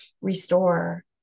restore